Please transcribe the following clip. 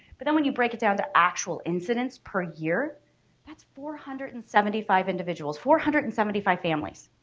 but then when you break it down to actual incidents per year that's four hundred and seventy five individuals, four hundred and seventy five families,